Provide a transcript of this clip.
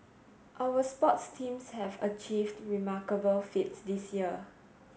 our sports teams have achieved remarkable feats this year